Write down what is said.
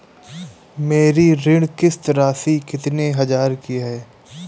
मेरी ऋण किश्त राशि कितनी हजार की है?